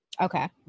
Okay